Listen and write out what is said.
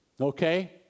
Okay